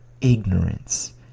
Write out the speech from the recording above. ignorance